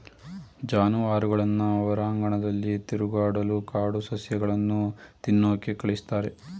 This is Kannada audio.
ಜಾನುವಾರುಗಳನ್ನ ಹೊರಾಂಗಣದಲ್ಲಿ ತಿರುಗಾಡಲು ಕಾಡು ಸಸ್ಯಗಳನ್ನು ತಿನ್ನೋಕೆ ಕಳಿಸ್ತಾರೆ